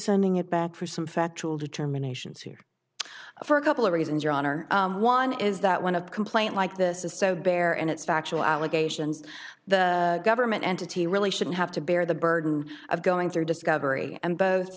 sending it back for some factual determinations here for a couple of reasons your honor one is that one of complaint like this is so bare and it's factual allegations the government entity really shouldn't have to bear the burden of going through discovery and both